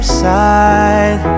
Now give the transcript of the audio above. side